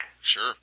sure